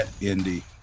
Indy